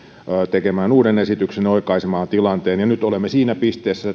tekemään uuden esityksen ja oikaisemaan tilanteen ja nyt olemme siinä pisteessä